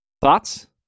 thoughts